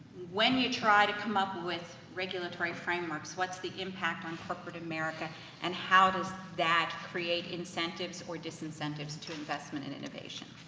when you try to come up with regulatory frameworks, what's the impact on corporate america and how does that create incentives or disincentives to investment and innovation.